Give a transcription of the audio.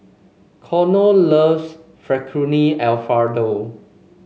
Connor loves Fettuccine Alfredo